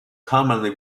commonly